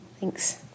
Thanks